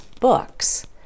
books